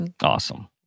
awesome